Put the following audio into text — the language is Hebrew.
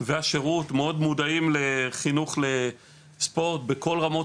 והשירות מאוד מודעים לחינוך לספורט בכל רמות